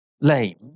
lame